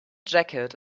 jacket